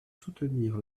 soutenir